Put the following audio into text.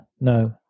no